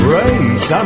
race